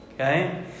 Okay